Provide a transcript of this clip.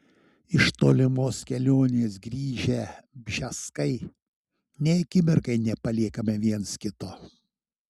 iš tolimos kelionės grįžę bžeskai nei akimirkai nepaliekame vienas kito